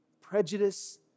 prejudice